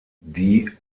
die